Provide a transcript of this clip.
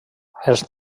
els